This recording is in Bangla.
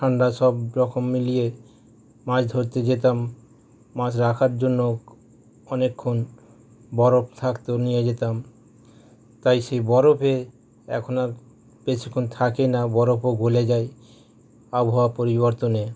ঠাণ্ডা সবরকম মিলিয়ে মাছ ধরতে যেতাম মাছ রাখার জন্য কো অনেকক্ষণ বরফ থাকতো নিয়ে যেতাম তাই সেই বরফে এখন আর বেশিক্ষণ থাকি না বরফও গলে যায় আবহাওয়া পরিবর্তনে